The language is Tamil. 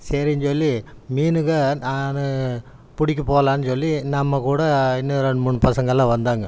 சரினு சொல்லி மீனுங்க நான் பிடிக்க போலாம்னு சொல்லி நம்ம கூட இன்னும் ரெண்டு மூணு பசங்களெலாம் வந்தாங்க